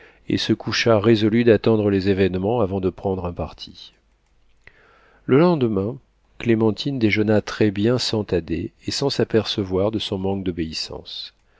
et se coucha résolu d'attendre les événements avant de prendre un parti le lendemain clémentine déjeuna très-bien sans thaddée et sans s'apercevoir de son manque d'obéissance